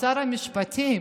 שר המשפטים.